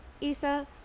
isa